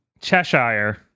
Cheshire